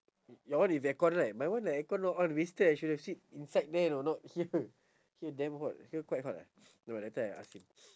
your one with aircon right my one the aircon not on wasted I should have sit inside there you know not here here damn hot here quite hot ah nevermind later I ask him